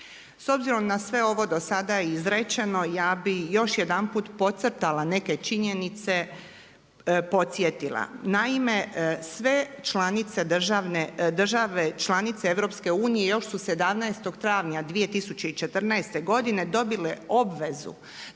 S obzirom na sve ovo do sada i izrečeno ja bih još jedanput podcrtala neke činjenice, podsjetila. Naime, sve članice, države članice EU još su 17. travnja 2014. godine dobile obvezu